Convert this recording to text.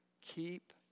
keep